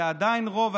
זה עדיין רוב,